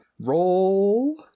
roll